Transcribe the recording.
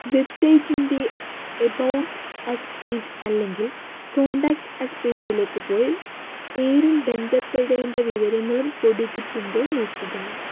വെബ്സൈറ്റിൻ്റെ about us page അല്ലെങ്കിൽ contact us പേജിലേക്ക് പോയി പേരും ബന്ധപ്പെടേണ്ട വിവരങ്ങളും കൊടുത്തിട്ടുണ്ടോ നോക്കുക